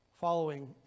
following